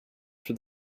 for